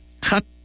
cut